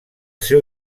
seu